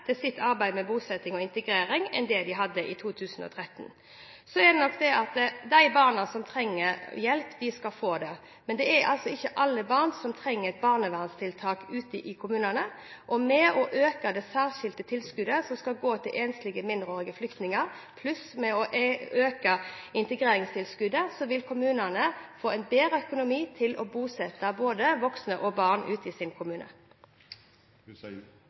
til sitt arbeid med bosetting og integrering enn det de hadde i 2013. De barna som trenger hjelp, skal få det. Men ikke alle barn trenger barnevernstiltak ute i kommunene. Ved å øke det særskilte tilskuddet som skal gå til enslige mindreårige flyktninger, og ved å øke integreringstilskuddet vil kommunene få en bedre økonomi til å bosette både voksne og barn i sin